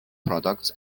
products